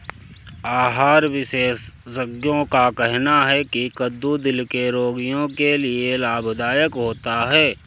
आहार विशेषज्ञों का कहना है की कद्दू दिल के रोगियों के लिए लाभदायक होता है